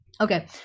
Okay